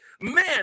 Man